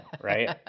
right